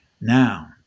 Now